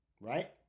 right